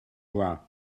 bra